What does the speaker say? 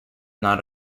not